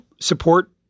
support